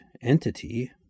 entity